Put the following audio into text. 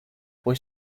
poi